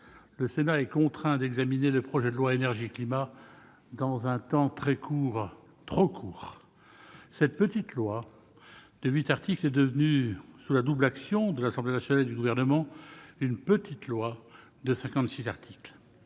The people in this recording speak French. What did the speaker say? le Sénat est contraint d'examiner le projet de loi Énergie-climat dans un temps très court, trop court. Cette petite loi de huit articles est devenue, sous la double action de l'Assemblée nationale et du Gouvernement, une petite loi de cinquante-six